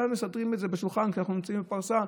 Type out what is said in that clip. כאן מסדרים את זה בשולחן כשאנחנו נמצאים בפרסה,